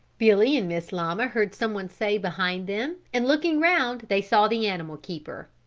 billy and miss llama heard someone say behind them and looking round they saw the animal keeper.